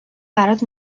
برات